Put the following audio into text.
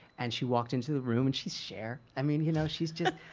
and she walked into the room. and she's cher, i mean, you know? she's just,